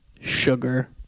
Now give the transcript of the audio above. Sugar